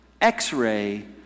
x-ray